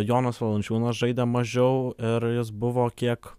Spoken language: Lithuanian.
jonas valančiūnas žaidė mažiau ir jis buvo kiek